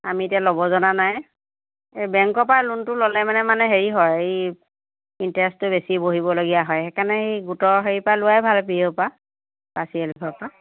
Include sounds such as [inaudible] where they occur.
আমি এতিয়া ল'ব জনা নাই এই বেংকৰ পৰা লোনটো ল'লে মানে মানে হেৰি হয় এই ইণ্টাৰেষ্টটো বেছি ভৰিবলগীয়া হয় সেইকাৰণে সেই গোটৰ হেৰিৰ পৰা লোৱাই ভাল অফিচৰ পৰা [unintelligible] পৰা